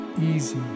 easy